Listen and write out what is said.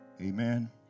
Amen